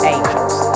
Angels